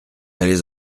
allez